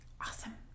Awesome